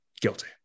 guilty